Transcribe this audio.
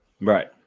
Right